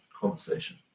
conversation